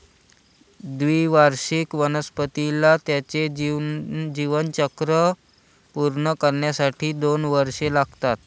द्विवार्षिक वनस्पतीला त्याचे जीवनचक्र पूर्ण करण्यासाठी दोन वर्षे लागतात